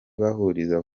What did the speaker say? bahuriza